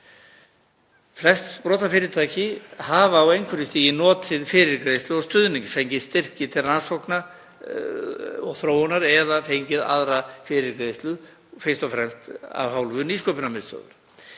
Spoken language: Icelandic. Flest sprotafyrirtæki hafa á einhverju stigi notið fyrirgreiðslu og stuðnings, fengið styrki til rannsókna og þróunar eða fengið aðra fyrirgreiðslu, fyrst og fremst af hálfu Nýsköpunarmiðstöðvar.